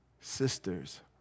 sisters